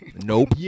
Nope